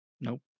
Nope